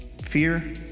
Fear